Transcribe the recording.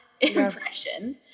impression